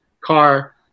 car